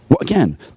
again